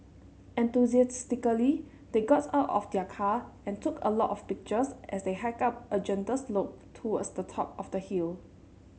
enthusiastically they got out of their car and took a lot of pictures as they hiked up a gentle slope towards the top of the hill